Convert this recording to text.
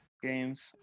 Games